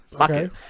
Okay